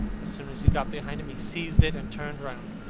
as soon as he got behind him, he seized it and turned round.